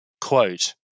quote